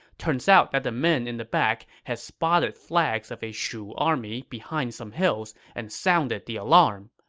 turns out that the men in the back had spotted flags of a shu army behind some hills and sounded the alarm.